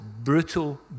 brutal